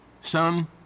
Son